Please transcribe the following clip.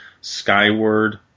Skyward